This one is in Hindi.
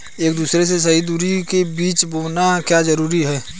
एक दूसरे से सही दूरी पर बीज बोना क्यों जरूरी है?